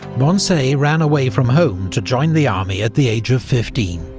moncey ran away from home to join the army at the age of fifteen.